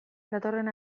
datorren